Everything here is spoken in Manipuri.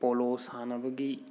ꯄꯣꯂꯣ ꯁꯥꯟꯅꯕꯒꯤ